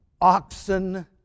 oxen